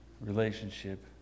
relationship